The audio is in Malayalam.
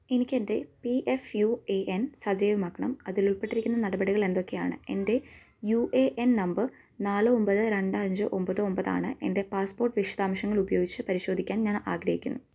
എനിക്ക് എൻ്റെ P F U A N സജീവമാക്കണം അതിൽ ഉൾപ്പെട്ടിരിക്കുന്ന നടപടികൾ എന്തൊക്കെയാണ് എൻ്റെ യു എ എൻ നമ്പർ നാല് ഒൻപത് രണ്ട് അഞ്ച് ഒൻപത് ഒൻപത് ആണ് എൻ്റെ പാസ്പോർട്ട് വിശദാംശങ്ങൾ ഉപയോഗിച്ച് പരിശോധിക്കാൻ ഞാൻ ആഗ്രഹിക്കുന്നു